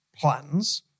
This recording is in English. plans